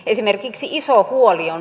esimerkiksi iso huoli on